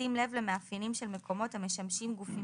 בשים לב למאפיינים של מקומות המשמשים גופים